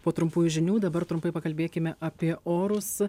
po trumpųjų žinių dabar trumpai pakalbėkime apie orus